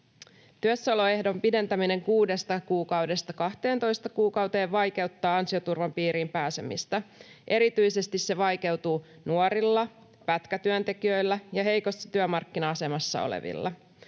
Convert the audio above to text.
Työssäoloehdon pidentäminen 6 kuukaudesta 12 kuukauteen vaikeuttaa ansioturvan piiriin pääsemistä. Erityisesti se vaikeutuu nuorilla, pätkätyöntekijöillä ja heikossa työmarkkina-asemassa olevilla.